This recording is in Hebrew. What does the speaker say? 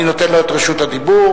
אני נותן לו את רשות הדיבור.